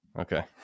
Okay